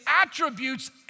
attributes